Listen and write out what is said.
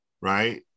right